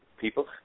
people